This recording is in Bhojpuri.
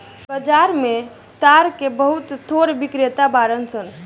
बाजार में ताड़ के बहुत थोक बिक्रेता बाड़न सन